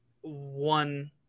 one